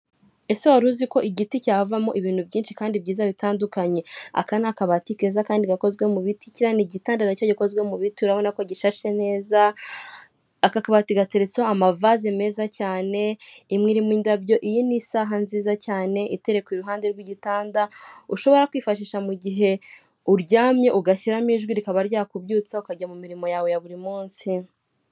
Ese wari uziko igiti cyavamo ibintu byinshi kandi byiza bitandukanye? Aka ni akabati keza kandi gakozwe mu biti, kiriya ni igitanda na cyo gikozwe mu biti, urabona ko gishashe neza. Aka kabati gateretseho amavazi meza cyane, imwe irimo indabyo. Iyi ni isaha nziza cyane iterekwa iruhande rw'igitanda, ushobora kwifashisha mu gihe uryamye ugashyiramo ijwi rikaba ryakubyutsa ukajya mu mirimo yawe ya buri munsi.